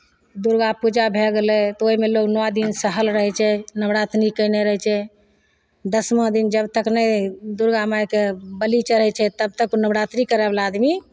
दुर्गा पूजा भए गेलै तऽ ओहिमे लोक नओ दिन सहल रहै छै नवरातिनि कयने रहै छै दशमा दिन जब तक नहि दुर्गा मायकेँ बलि चढ़ै छै तबतक नवरात्रि करयवला आदमी